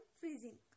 freezing